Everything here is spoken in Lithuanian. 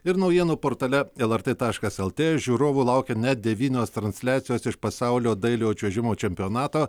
ir naujienų portale lrt taškas lt žiūrovų laukia net devynios transliacijos iš pasaulio dailiojo čiuožimo čempionato